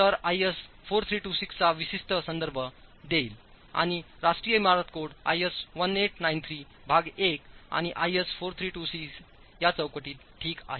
तर IS 4326 चा विशिष्ट संदर्भ देईल आणि राष्ट्रीय इमारत कोड IS 1893 भाग 1 आणि IS 4326 या चौकटीत ठीक आहे